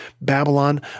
Babylon